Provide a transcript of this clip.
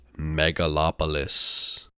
Megalopolis